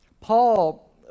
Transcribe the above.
Paul